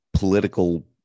political